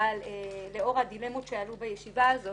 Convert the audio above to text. אבל לאור הדילמות שעלו בישיבה הזאת